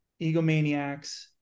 egomaniacs